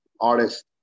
artist